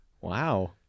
Wow